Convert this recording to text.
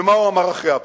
ומה הוא אמר אחרי הבחירות.